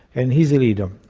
and he's a leader.